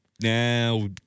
Now